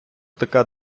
така